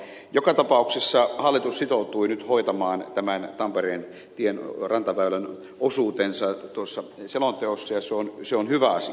joka tapauksessa hallitus sitoutui nyt hoitamaan tämän tampereen rantaväylän osuutensa tuossa selonteossa ja se on hyvä asia